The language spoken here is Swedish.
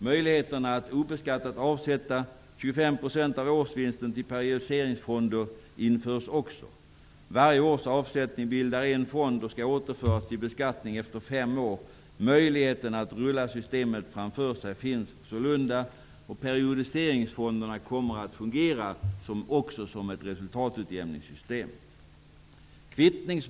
Möjligheterna att obeskattat avsätta 25 % av årsvinsten till periodiseringsfonder införs också. Varje års avsättning bildar en fond och skall återföras till beskattning efter fem år. Möjligheten att rulla systemet framför sig finns sålunda. Periodiseringsfonderna kommer också att fungera som ett resultatutjämningssystem.